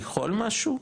לאכול משהו,